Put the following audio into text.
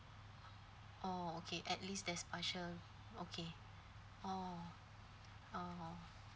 oh okay at least there's partial okay oh oh